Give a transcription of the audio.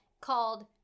called